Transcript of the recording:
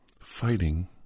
Fighting